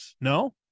no